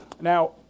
Now